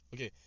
Okay